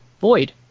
void